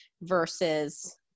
versus